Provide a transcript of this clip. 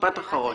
משפט אחרון.